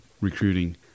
recruiting